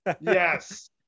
Yes